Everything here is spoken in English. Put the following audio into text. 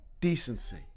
decency